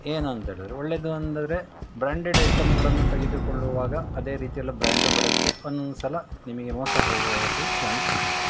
ಏನು ಅಂತೇಳಿದ್ರೆ ಒಳ್ಳೆಯದು ಅಂದರೆ ಬ್ರ್ಯಾಂಡೆಡ್ ಐಟಮ್ಗಳನ್ನು ತೆಗೆದುಕೊಳ್ಳುವಾಗ ಅದೇ ರೀತಿಯಲ್ಲಿ ಬ್ರ್ಯಾಂಡು ಬರುತ್ತೆ ಒಂದೊಂದು ಸಲ ನಿಮಗೆ ಮೋಸ ಹೋಗೋದು ಚಾನ್ಸ್ ಇದೆ